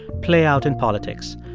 play out in politics.